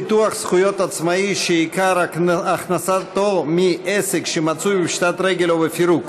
ביטוח זכויות עצמאי שעיקר הכנסתו מעסק שמצוי בפשיטת רגל או בפירוק),